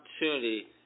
opportunity